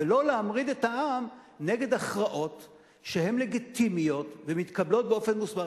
ולא להמריד את העם נגד הכרעות שהן לגיטימיות ומתקבלות באופן מוסמך.